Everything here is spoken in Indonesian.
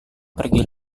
pergi